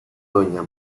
doña